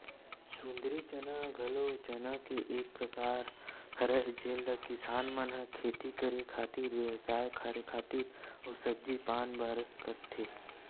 सुंदरी चना ह घलो चना के एक परकार हरय जेन ल किसान मन ह खेती करे खातिर, बेवसाय करे खातिर अउ सब्जी पान बर करथे